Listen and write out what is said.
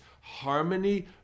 harmony